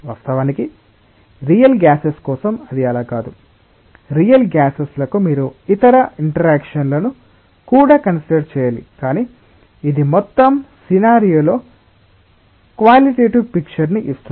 వాస్తవానికి real gases కోసం అది అలా కాదు రియల్ గ్యాసెస్ లకు మీరు ఇతర ఇంటర్ఆక్షన్ లను కూడా కన్సిడర్ చేయలి కానీ ఇది మొత్తం సినారియో లో క్వాలిటెటివ్ పిక్చర్ ని ఇస్తుంది